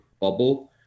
bubble